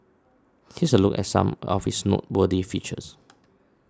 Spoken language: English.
here's a look at some of its noteworthy features